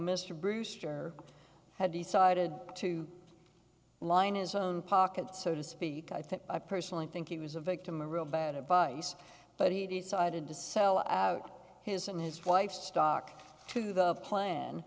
mr brewster had decided to line his own pockets so to speak i think i personally think he was a victim of real bad advice but he decided to sell out his and his wife's stock to the plan